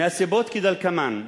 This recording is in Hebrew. מהסיבות כדלקמן: